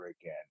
again